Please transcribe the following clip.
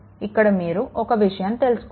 ఇక్కడ మీరు ఒక విషయం తెలుసుకోవాలి